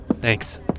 Thanks